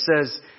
says